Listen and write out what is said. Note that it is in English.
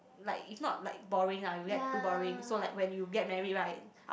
like if not like boring ah it will get too boring so like when you get married right